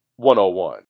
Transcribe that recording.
101